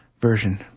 version